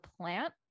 plant